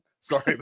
Sorry